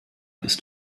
ist